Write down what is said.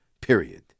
Period